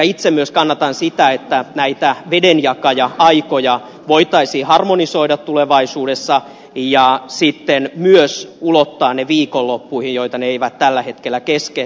itse myös kannatan sitä että näitä vedenjakaja aikoja voitaisiin harmonisoida tulevaisuudessa ja sitten myös ulottaa ne viikonloppuihin joita ne eivät tällä hetkellä koske